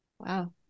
Wow